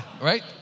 right